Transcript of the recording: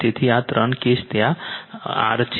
તેથી આ ત્રણ કેસ ત્યાં R છે